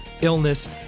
illness